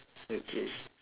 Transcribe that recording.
okay